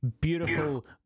beautiful